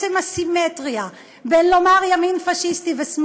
עצם הסימטריה בין לומר ימין פאשיסטי ולומר